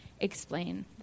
explain